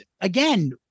again